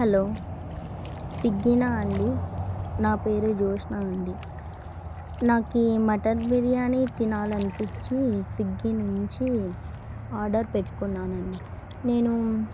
hello అండి నా పేరు జ్యోష్నా అండి నాకి మటన్ బిర్యానీ తినాలనిపించి స్విగ్గీ నుంచి ఆర్డర్ పెట్టుకున్నానండి నేను